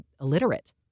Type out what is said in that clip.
illiterate